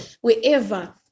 wherever